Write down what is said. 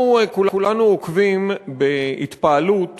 כולנו עוקבים בהתפעלות